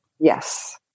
Yes